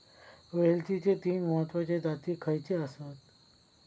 वेलचीचे तीन महत्वाचे जाती खयचे आसत?